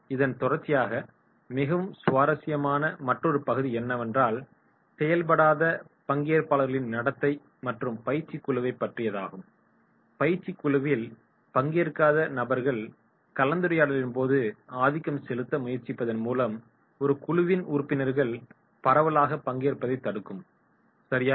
இதன் தொடர்ச்சியாக மிகவும் சுவாரஸ்யமான மற்றொரு பகுதி என்னவென்றால் செயல்படாத பங்கேற்பாளர்களின் நடத்தை மற்றும் பயிற்சி குழுவைப் பற்றியதாகும் பயிற்சி குழுவில் பங்கேற்காத நபர்கள் கலந்துரையாடலின் போது ஆதிக்கம் செலுத்த முயற்சிப்பதன் மூலம் ஒரு குழுவின் உறுப்பினர்கள் பரவலாக பங்கேற்பதைத் தடுக்கும் சரியா